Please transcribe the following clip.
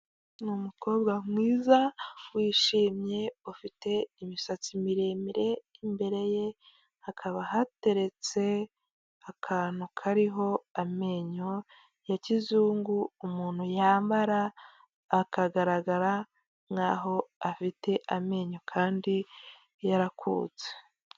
Ni umukobwa mwiza wishimye ufite imisatsi miremire, imbere ye hakaba hateretse akantu kariho amenyo ya kizungu umuntu yambara akagaragara nk'aho afite amenyo kandi yarakutse.